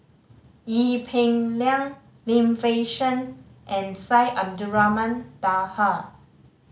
Ee Peng Liang Lim Fei Shen and Syed Abdulrahman Taha